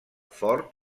fort